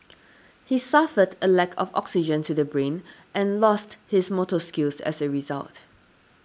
he suffered a lack of oxygen to the brain and lost his motor skills as a result